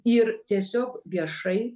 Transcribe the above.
ir tiesiog viešai